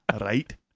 Right